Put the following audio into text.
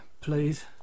Please